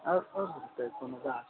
आओर सब बोलतै कोनो बात